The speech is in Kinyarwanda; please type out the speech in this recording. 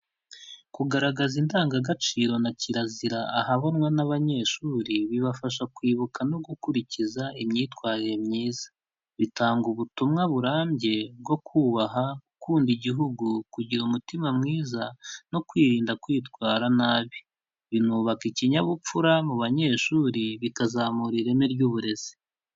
Kugaragaza indangagaciro na kirazira ahabonwa n'abanyeshuri ,bibafasha kwibuka no gukurikiza imyitwarire myiza, bitanga ubutumwa burambye bwo kubaha, gukunda igihugu ,kugira umutima mwiza ,no kwirinda kwitwara nabi, binubaka ikinyabupfura mu banyeshuri, bikazamura ireme ry'uburezi.